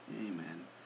Amen